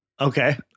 Okay